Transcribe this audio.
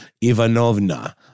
Ivanovna